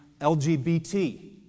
LGBT